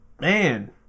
Man